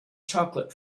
chocolate